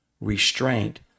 restraint